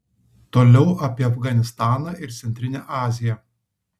toliau apie afganistaną ir centrinę aziją